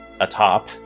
atop